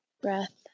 Breath